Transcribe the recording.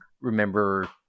remember